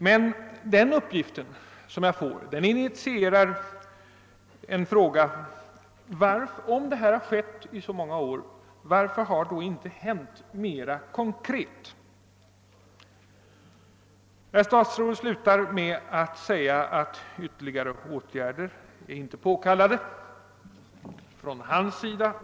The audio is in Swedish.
Men dessa uppgifter initierar en fråga: Om detta har skett i så många år, varför har då inte något mer konkret hänt? Statsrådet slutar med att säga att ytterligare åtgärder inte är påkallade från hans sida.